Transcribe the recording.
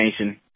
Nation